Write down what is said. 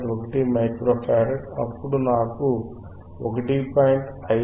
1 microfarad అప్పుడు నాకు 1